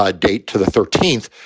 ah date to the thirteenth,